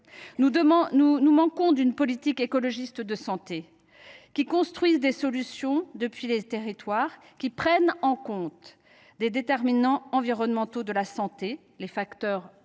Nous manquons d’une politique écologiste de santé qui construise des solutions depuis les territoires, qui prenne en compte les déterminants environnementaux de la santé – les facteurs non